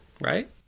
right